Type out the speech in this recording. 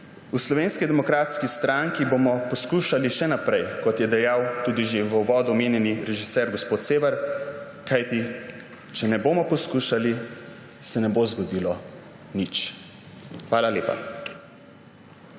V Slovenski demokratski stranki bomo poskušali še naprej, kot je dejal tudi že v uvodu omenjeni režiser gospod Sever, kajti če ne bomo poskušali, se ne bo zgodilo nič. Hvala lepa.